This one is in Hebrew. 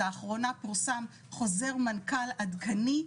לאחרונה פורסם חוזר מנכ"ל עדכני,